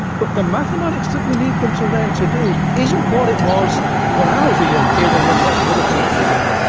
but the mathematics that we need them to learn to do isn't what it was when i was a young kid and when lots of other people were younger.